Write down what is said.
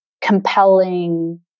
compelling